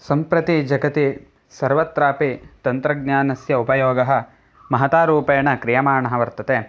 सम्प्रति जगति सर्वत्रापि तन्त्रज्ञानस्य उपयोगः महता रूपेण क्रियमाणः वर्तते